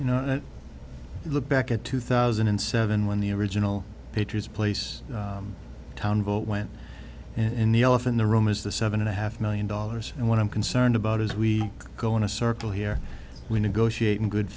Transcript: you know i look back at two thousand and seven when the original patriots place town vote went and the often the romas the seven and a half million dollars and what i'm concerned about is we go in a circle here we negotiate in good